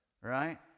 right